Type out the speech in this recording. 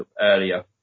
earlier